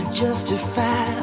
justify